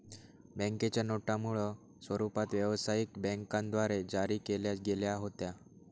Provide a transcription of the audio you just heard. बँकेच्या नोटा मूळ स्वरूपात व्यवसायिक बँकांद्वारे जारी केल्या गेल्या होत्या